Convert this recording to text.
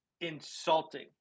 insulting